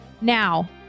Now